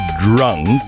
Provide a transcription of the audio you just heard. drunk